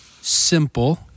simple